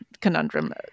conundrum